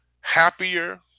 happier